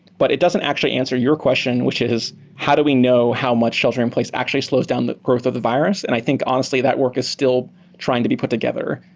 but it doesn't actually answer your question, which is how do we know how much shelter in place actually slows down the growth of the virus, and i think honestly that work is still trying to be put together,